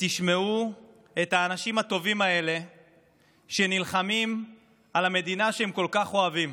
ותשמעו את האנשים הטובים האלה שנלחמים על המדינה שהם כל כך אוהבים.